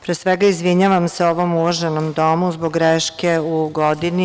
Pre svega, izvinjavam se ovom uvaženom domu zbog greške u godini.